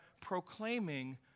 proclaiming